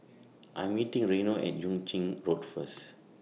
I Am meeting Reino At Yuan Ching Road First